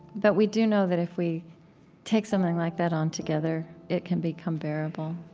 but we do know that, if we take something like that on together, it can become bearable.